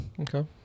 Okay